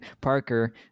Parker